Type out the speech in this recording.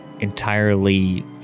entirely